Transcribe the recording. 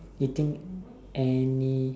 eating any